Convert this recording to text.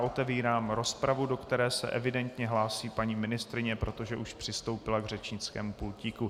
Otevírám rozpravu, do které se evidentně hlásí paní ministryně, protože už přistoupila k řečnickému pultíku.